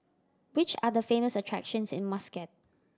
which are the famous attractions in Muscat